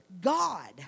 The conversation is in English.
God